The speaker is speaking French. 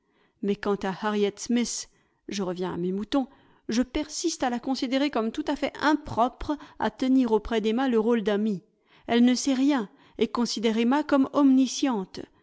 mais quant à harriet smith je reviens à mes moutons je persiste à la considérer comme tout à fait impropre à tenir auprès d'emma le rôle d'amie elle ne sait rien et considère emma comme omnisciente